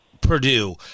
Purdue –